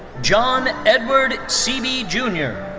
john edward cebe jr.